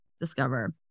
discover